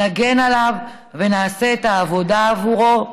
נגן עליו ונעשה את העבודה עבורו?